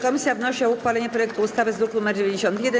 Komisja wnosi o uchwalenie projektu ustawy z druku nr 91.